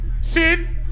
Sin